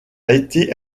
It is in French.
été